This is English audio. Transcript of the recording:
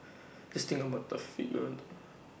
just think about that figure